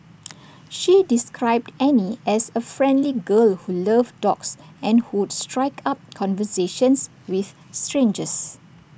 she described Annie as A friendly girl who loved dogs and who would strike up conversations with strangers